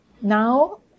now